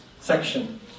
section